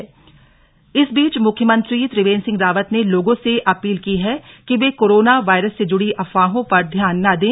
मुख्यमंत्री संदेश इस बीच मुख्यमंत्री त्रिवेन्द्र सिंह रावत ने लोगों से अपील की है कि वे कोरोना वायरस से जुड़ी अफवाहों पर ध्यान न दें